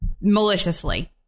maliciously